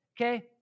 Okay